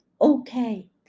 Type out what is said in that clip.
okay